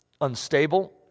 unstable